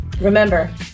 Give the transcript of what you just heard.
Remember